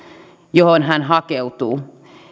johon hän hakeutuu